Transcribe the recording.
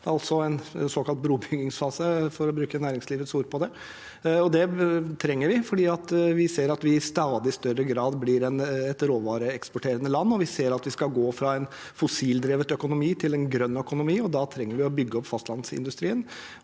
altså en såkalt brobyggingsfase, for å bruke næringslivets ord på det. Det trenger vi, for vi ser at vi i stadig større grad blir et råvareeksporterende land. Vi skal gå fra en fossildrevet økonomi til en grønn økonomi, og da trenger vi å bygge opp fastlandsindustrien.